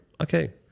okay